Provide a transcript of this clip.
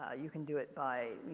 ah you can do it by,